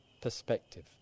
perspective